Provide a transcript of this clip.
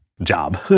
job